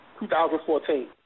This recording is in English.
2014